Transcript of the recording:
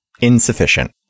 Insufficient